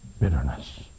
Bitterness